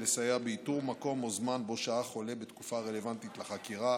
לסייע באיתור מקום או זמן שבו שהה חולה בתקופה הרלוונטית לחקירה,